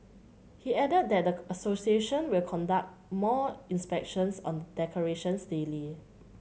he added that the association will conduct more inspections on the decorations daily